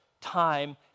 time